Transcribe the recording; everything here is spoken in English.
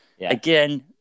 again